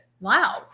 Wow